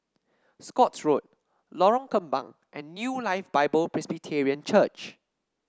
Scotts Road Lorong Kembang and New Life Bible Presbyterian Church